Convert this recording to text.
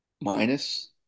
minus